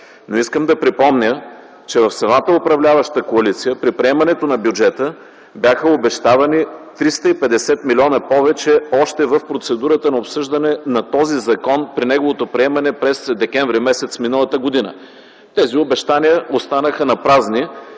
Но искам да припомня, че в самата управляваща коалиция, при приемането на бюджета, бяха обещавани 350 милиона повече още в процедурата на обсъждане на този закон при неговото приемане през м. декември м.г. Тези обещания останаха напразни.